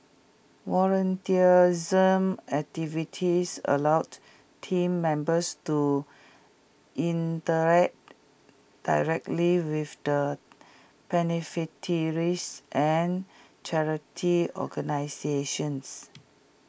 volunteerism activities allowed Team Members to interact directly with the and charity organisations